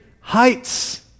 heights